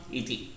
iti